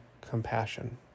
compassion